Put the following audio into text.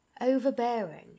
overbearing